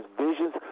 visions